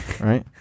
right